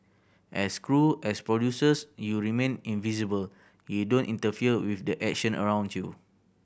as crew as producers you remain invisible you don't interfere with the action around you